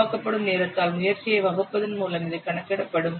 உருவாக்கப்படும் நேரத்தால் முயற்சியைப் வகுப்பதின் மூலம் இது கணக்கிடப்படும்